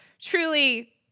truly